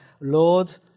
Lord